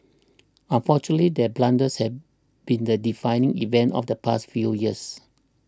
unfortunately their blunders have been the defining event of the past few years